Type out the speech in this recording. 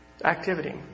activity